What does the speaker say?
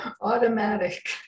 automatic